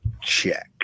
check